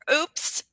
oops